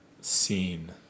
Scene